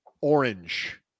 Orange